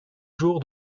jour